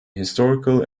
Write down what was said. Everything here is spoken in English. historical